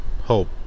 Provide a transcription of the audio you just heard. hope